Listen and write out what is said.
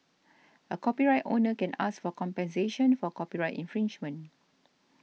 a copyright owner can ask for compensation for copyright infringement